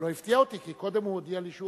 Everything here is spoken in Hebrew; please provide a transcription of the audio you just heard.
הוא לא הפתיע אותי כי קודם הוא הודיע לי שהוא עוזב,